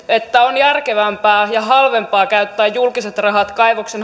että on järkevämpää ja halvempaa käyttää julkiset rahat kaivoksen